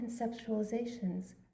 conceptualizations